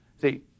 see